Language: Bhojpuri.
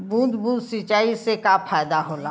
बूंद बूंद सिंचाई से का फायदा होला?